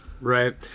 Right